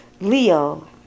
Leo